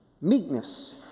meekness